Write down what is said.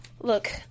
look